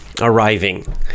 arriving